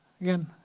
Again